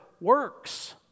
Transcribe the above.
works